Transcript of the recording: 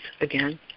again